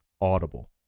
Audible